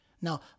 Now